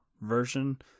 version